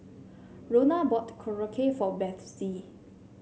Rhona bought Korokke for Bethzy